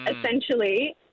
essentially